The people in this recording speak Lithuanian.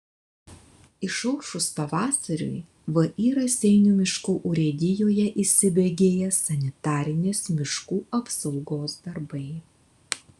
išaušus pavasariui vį raseinių miškų urėdijoje įsibėgėja sanitarinės miškų apsaugos darbai